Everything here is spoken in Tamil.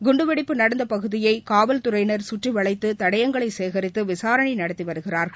குண்டுவெடிப்பு நடந்த பகுதியை காவல்துறையினர் கற்றிவளைத்து தடயங்களை சேகரித்து விசாரணை நடத்தி வருகிறார்கள்